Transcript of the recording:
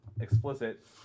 explicit